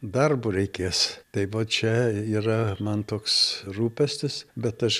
darbo reikės tai va čia yra man toks rūpestis bet aš